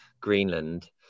greenland